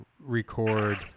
Record